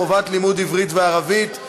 חובת לימוד עברית וערבית).